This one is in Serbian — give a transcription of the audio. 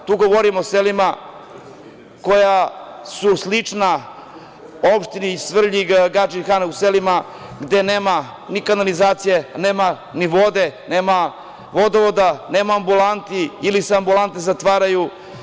Tu govorim o selima koja su slična opštini Svrljig, Gadžin Han, u selima gde nema ni kanalizacije, nema ni vode, nema vodovoda, nema ambulante ili se ambulante zatvaraju.